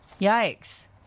Yikes